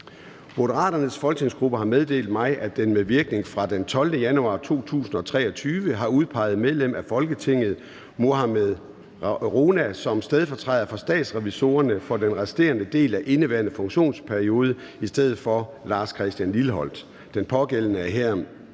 Moderaternes folketingsgruppe har meddelt mig, at den med virkning fra den 12. januar 2023 har udpeget medlem af Folketinget Mohammad Rona som stedfortræder for statsrevisorerne for den resterende del af indeværende funktionsperiode i stedet for Lars Christian Lilleholt. Den pågældende er herefter